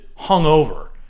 hungover